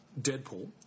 Deadpool